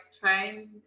trying